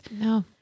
No